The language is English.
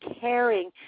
caring